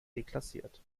deklassiert